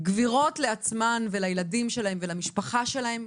וגבירות לעצמן ולילדים שלהן ולמשפחה שלהן,